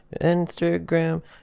Instagram